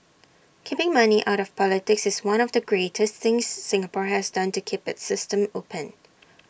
keeping money out of politics is one of the greatest things Singapore has done to keep its system open